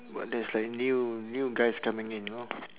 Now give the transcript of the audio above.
but there's like new new guys coming in know